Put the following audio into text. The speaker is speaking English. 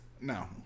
No